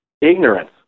ignorance